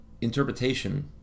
interpretation